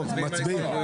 טוב, מצביעים.